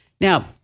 Now